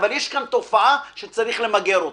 אבל יש כאן תופעה שצריך למגר אותה,